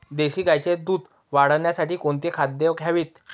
देशी गाईचे दूध वाढवण्यासाठी कोणती खाद्ये द्यावीत?